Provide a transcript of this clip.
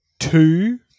Two